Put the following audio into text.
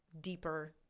deeper